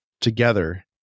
together